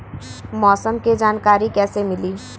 मौसम के जानकारी कैसे मिली?